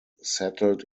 settled